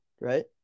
right